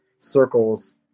circles